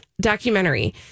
documentary